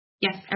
Yes